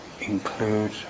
include